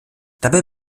dabei